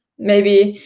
maybe